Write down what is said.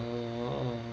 oh